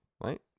right